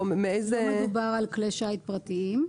לא מדובר על כלי שיט פרטיים.